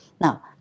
Now